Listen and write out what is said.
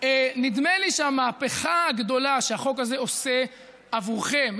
נדמה לי שהמהפכה הגדולה שהחוק הזה עושה עבורכם,